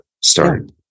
start